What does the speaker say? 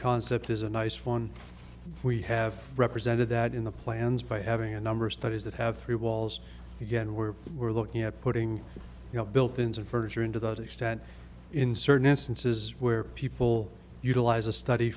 concept is a nice one we have represented that in the plans by having a number of studies that have three walls again we're we're looking at putting built ins of furniture into the extent in certain instances where people utilize a study